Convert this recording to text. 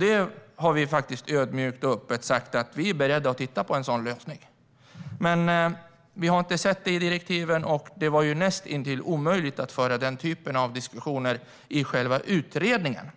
Vi har ödmjukt och öppet sagt att vi är beredda att titta på en sådan lösning. Men vi har inte sett något sådant i direktiven, och det var näst intill omöjligt att föra sådana diskussioner i själva utredningen.